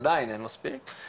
עדיין אין מספיק,